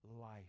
life